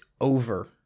over